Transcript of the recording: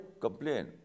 complain